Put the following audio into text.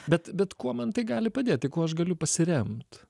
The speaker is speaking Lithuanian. bet bet kuo man tai gali padėti kuo aš galiu pasiremt